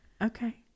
Okay